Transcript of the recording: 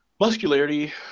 Muscularity